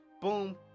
boom